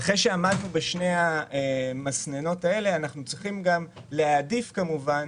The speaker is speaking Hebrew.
ואחרי שעמדנו בשני המסננים האלה אנחנו צריכים גם להעדיף כמובן